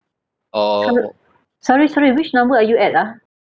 sor~ sorry sorry which number are you at ah